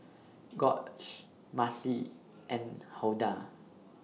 Gorge Marci and Hulda